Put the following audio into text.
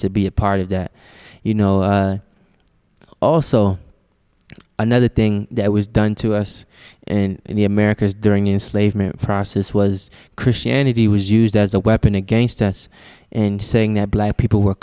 be a part of that you know also another thing that was done to us in the americas during a slave process was christianity was used as a weapon against us and saying that black people were